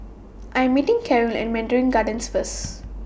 I'm meeting Carolyn At Mandarin Gardens First